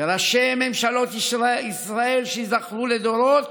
ראשי ממשלות ישראל שייזכרו לדורות